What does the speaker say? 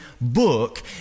book